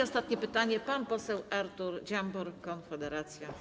Ostatnie pytanie, pan poseł Artur Dziambor, Konfederacja.